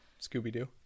scooby-doo